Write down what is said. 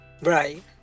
right